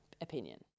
opinion